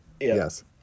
Yes